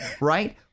right